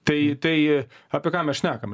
tai tai apie ką mes šnekame